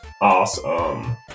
Awesome